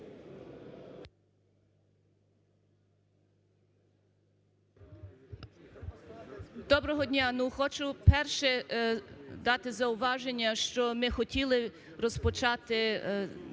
Доброго дня! Хочу, перше, дати зауваження, що ми хотіли розпочати